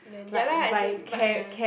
then ya lah as in but ya